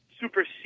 supersede